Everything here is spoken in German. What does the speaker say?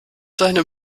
deine